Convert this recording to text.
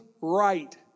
right